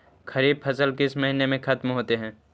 खरिफ फसल किस महीने में ख़त्म होते हैं?